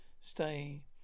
Stay